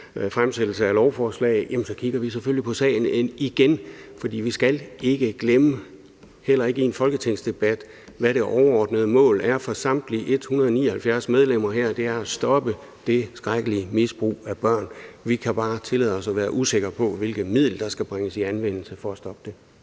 fremsættelse af lovforslag – så kigger vi selvfølgelig på sagen igen. For vi skal ikke glemme – heller ikke i en folketingsdebat – hvad det overordnede mål er for samtlige 179 medlemmer her; det er at stoppe det skrækkelige misbrug af børn. Vi kan bare tillade os at være usikre på, hvilket middel der skal bringes i anvendelse for at stoppe det.